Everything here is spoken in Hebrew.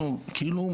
אנחנו כאילו,